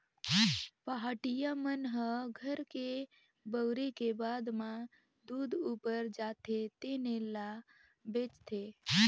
पहाटिया मन ह घर के बउरे के बाद म दूद उबर जाथे तेने ल बेंचथे